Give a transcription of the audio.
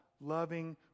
loving